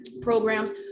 programs